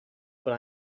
what